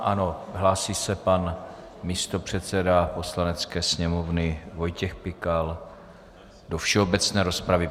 Ano, hlásí se pan místopředseda Poslanecké sněmovny Vojtěch Pikal do všeobecné rozpravy.